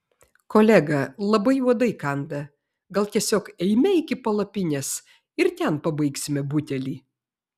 kolega labai uodai kanda gal tiesiog eime iki palapinės ir ten pabaigsime butelį